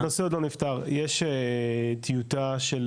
הנושא עוד לא נפתר, יש טיוטה של